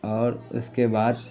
اور اس کے بعد